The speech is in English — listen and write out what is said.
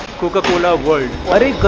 coca-cola world.